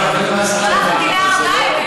הוא שלח אותי להר-הבית.